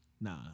Nah